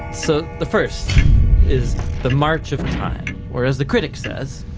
so the first is the march of time whereas the critic says